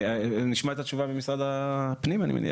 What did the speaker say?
אני מניח שנשמע את התשובה ממשרד הפנים, אני מניח.